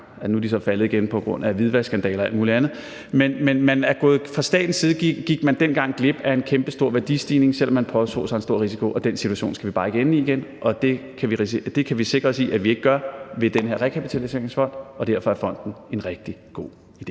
og nu er de så faldet igen på grund af hvidvaskskandalen og alt muligt andet – gik man fra statens side dengang glip af en kæmpestor værdistigning, selv om man påtog sig en stor risiko. Den situation skal vi bare ikke ende i igen, og det kan vi sikre at vi ikke gør med den her rekapitaliseringsfond, og derfor er fonden en rigtig god idé.